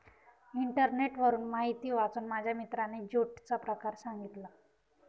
इंटरनेटवरून माहिती वाचून माझ्या मित्राने ज्यूटचा प्रकार सांगितला